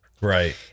Right